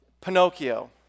Pinocchio